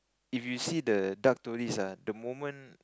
if you see the dark tourist ah the moment